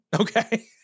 Okay